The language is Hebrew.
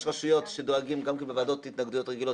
יש רשויות שדואגות גם בוועדות התנגדויות רגילות,